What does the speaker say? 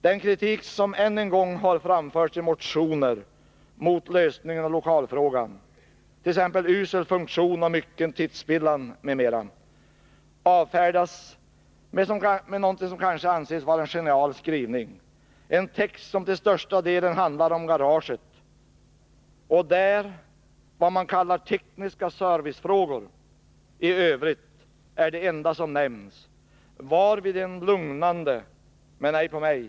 Den kritik som i motioner än en gång framförts mot lösningen av lokalfrågan — usel funktion och mycken tidsspillan m.m. — avfärdas med något som kanske anses vara en genial skrivning: en text som till största delen handlar om garaget och där vad man kallar ”tekniska servicefrågor” är det enda som nämns i övrigt, varvid en — dock ej på mig!